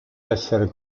essere